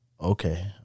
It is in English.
Okay